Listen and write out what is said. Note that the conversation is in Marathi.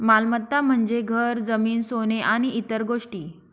मालमत्ता म्हणजे घर, जमीन, सोने आणि इतर गोष्टी